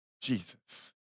Jesus